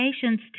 patients